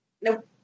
Nope